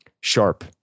sharp